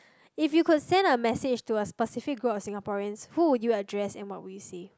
if you could send a message to a specific group of Singaporeans who would you address and what would you say